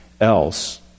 else